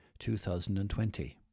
2020